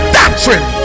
doctrine